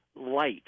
light